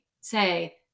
say